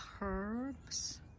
herbs